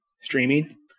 streaming